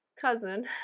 cousin